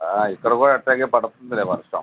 ఇక్కడ కూడా అట్టాగే పడుతుందిలే వర్షం